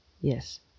yes